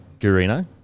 Gurino